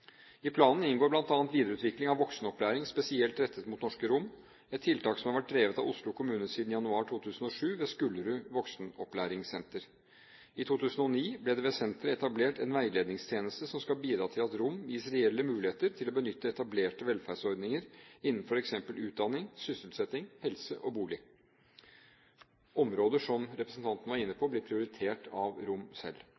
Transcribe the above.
I planen inngår bl.a. videreutvikling av voksenopplæring spesielt rettet mot norske romer, et tiltak som har vært drevet av Oslo kommune siden januar 2007 ved Skullerud voksenopplæringssenter. I 2009 ble det ved senteret etablert en veiledningstjeneste som skal bidra til at romene gis reelle muligheter til å benytte etablerte velferdsordninger innenfor f.eks. utdanning, sysselsetting, helse og bolig. Områder som representanten var inne